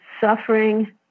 suffering